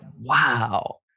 wow